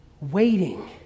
waiting